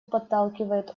подталкивают